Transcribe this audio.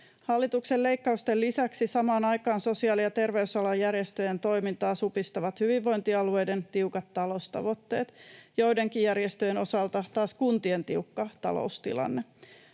Hallituksen leikkausten lisäksi samaan aikaan sosiaali- ja terveysalan järjestöjen toimintaa supistavat hyvinvointialueiden tiukat taloustavoitteet, joidenkin järjestöjen osalta taas kuntien tiukka taloustilanne.